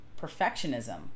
perfectionism